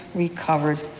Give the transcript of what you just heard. recovered.